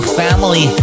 family